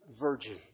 virgin